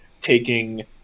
taking